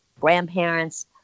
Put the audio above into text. grandparents